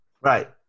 Right